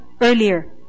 earlier